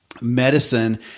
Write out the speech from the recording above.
medicine